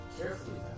carefully